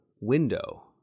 window